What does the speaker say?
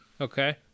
Okay